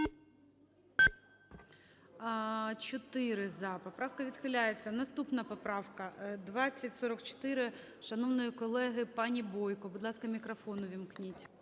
За-4 Поправка відхиляється. Наступна поправка 2044 шановної колеги пані Бойко. Будь ласка, мікрофон увімкніть.